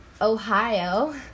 Ohio